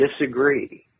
disagree